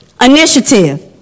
Initiative